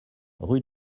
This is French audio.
rue